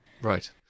Right